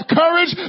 courage